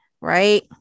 Right